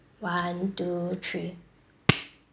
one two three